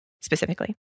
specifically